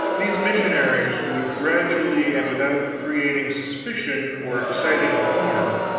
these missionaries would gradually, and without creating suspicion or exciting alarm,